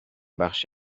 بخش